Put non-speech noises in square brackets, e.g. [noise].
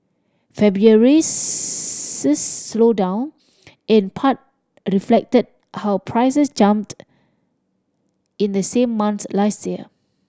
February's [unintelligible] slowdown in part reflected how prices jumped in the same month last year